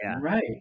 right